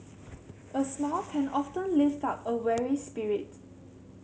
a smile can often lift up a weary spirit